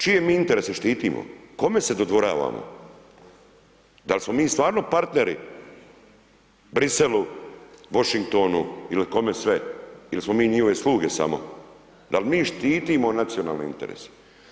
Čije mi interese štitimo, kome se dodvoravamo, dal smo mi stvarno partneri Bruxellesu, Washingtonu ili kome sve ili smo njihove sluge samo, da li mi štitimo nacionalne interese?